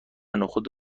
نخود